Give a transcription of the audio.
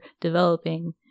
developing